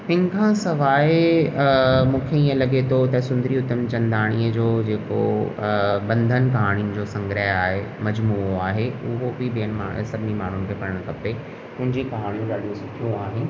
तंहिं खां सवाइ मूंखे इअं लॻे थो त सुंदरी उतमचंदाणीअ जो जेको बंधन कहाणियुनि जो संग्रह आहे मजमूओ आहे उहो बि ॿियनि सभिनी माण्हुनि खे पढ़णु खपे हुनजी कहाणियूं ॾाढियूं सुठीयूं आहिनि